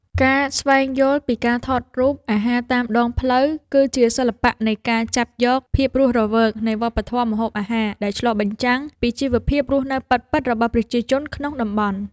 ការស្វែងយល់ពីការថតរូបអាហារតាមដងផ្លូវ គឺជាសិល្បៈនៃការចាប់យកភាពរស់រវើកនៃវប្បធម៌ម្ហូបអាហារដែលឆ្លុះបញ្ចាំងពីជីវភាពរស់នៅពិតៗរបស់ប្រជាជនក្នុងតំបន់។